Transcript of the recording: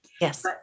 Yes